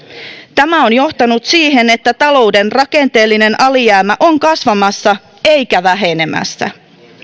tämä on johtanut siihen että talouden rakenteellinen alijäämä on kasvamassa eikä vähenemässä